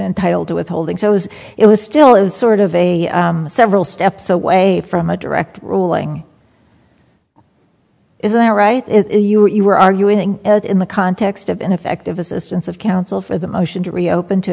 entitled to withholding so as it was still is sort of a several steps away from a direct ruling is that right you are arguing in the context of ineffective assistance of counsel for the motion to reopen to